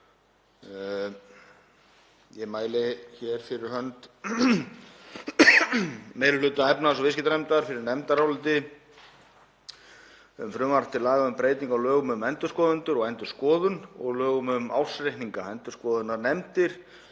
Ég mæli hér fyrir hönd meiri hluta efnahags- og viðskiptanefndar fyrir nefndaráliti um frumvarp til laga um breytingu á lögum um endurskoðendur og endurskoðun og lögum um ársreikninga (endurskoðunarnefndir,